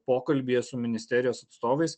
pokalbyje su ministerijos atstovais